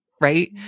right